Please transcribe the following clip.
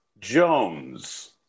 Jones